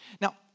Now